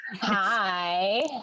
Hi